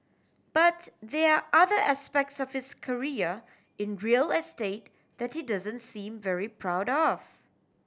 but there are other aspects of his career in real estate that he doesn't seem very proud of